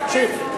תקשיב.